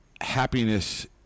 happiness